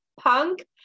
punk